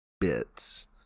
bits